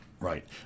Right